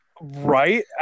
right